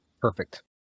Perfect